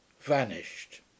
vanished